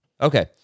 Okay